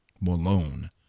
Malone